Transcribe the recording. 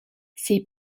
ces